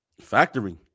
Factory